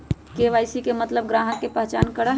KYC के मतलब ग्राहक का पहचान करहई?